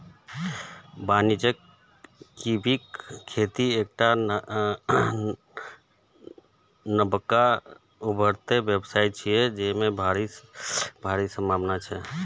वाणिज्यिक कीवीक खेती एकटा नबका उभरैत व्यवसाय छियै, जेमे भारी संभावना छै